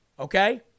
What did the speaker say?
Okay